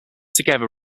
together